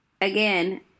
Again